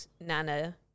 nana